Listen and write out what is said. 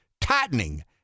tightening